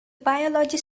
biology